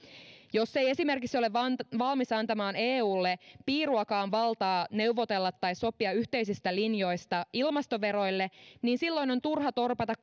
jos ei esimerkiksi ole valmis antamaan eulle piiruakaan valtaa neuvotella tai sopia yhteisistä linjoista ilmastoveroille niin silloin on turha torpata